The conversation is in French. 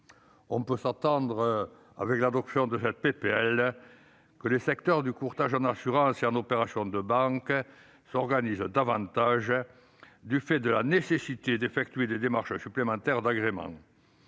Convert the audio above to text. On peut attendre de l'adoption de cette proposition de loi que les secteurs du courtage en assurance et en opérations de banque s'organisent davantage, du fait de la nécessité d'effectuer des démarches supplémentaires d'agrément.